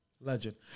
Legend